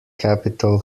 capital